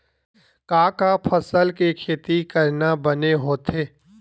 का का फसल के खेती करना बने होथे?